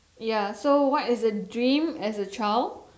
ya so what is a dream as a child